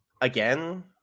Again